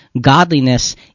godliness